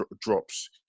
drops